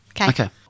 Okay